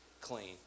clean